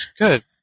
Good